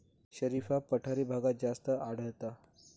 शरीफा पठारी भागात जास्त आढळता